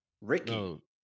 Ricky